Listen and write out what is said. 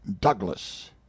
Douglas